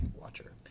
Watcher